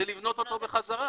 זה לבנות אותו בחזרה.